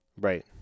right